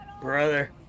Brother